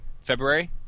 February